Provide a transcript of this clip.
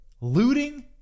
looting